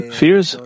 fears